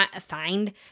find